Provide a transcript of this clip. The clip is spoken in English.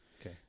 Okay